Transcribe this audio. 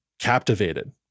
captivated